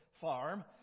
farm